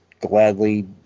gladly